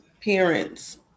parents